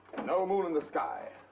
no moon in the sky.